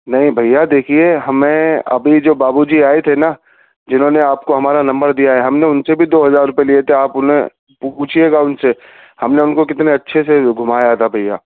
نہیں بھیا دیکھیے ہمیں ابھی جو بابو جی آئے تھے نا جنہوں نے آپ کو ہمارا نمبر دیا ہے ہم ان سے بھی دو ہزار روپے لیے تھے آپ انہیں پوچھیے گا ان سے ہم نے ان کو کتنے اچھے سے گھمایا تھا بھیا